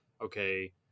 Okay